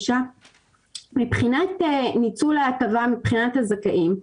מבחינת ניצול ההטבה, מבחינת הזכאים,